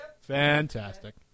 Fantastic